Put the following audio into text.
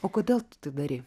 o kodėl tu tai darei